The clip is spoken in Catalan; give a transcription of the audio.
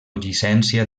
llicència